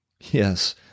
Yes